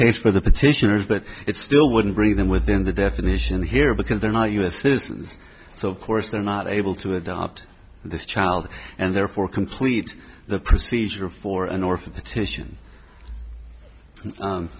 case for the petitioners but it still wouldn't bring them within the definition here because they're not u s citizens so of course they're not able to adopt this child and therefore complete the procedure for an orphan petition